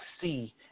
see